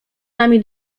nami